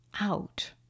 out